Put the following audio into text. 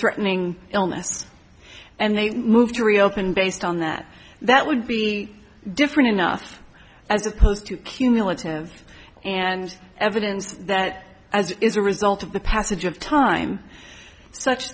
threatening illness and they moved to reopen based on that that would be different enough as opposed to cumulative and evidence that as is a result of the passage of time such